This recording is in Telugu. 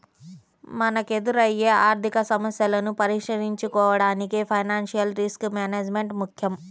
మనకెదురయ్యే ఆర్థికసమస్యలను పరిష్కరించుకోడానికి ఫైనాన్షియల్ రిస్క్ మేనేజ్మెంట్ ముక్కెం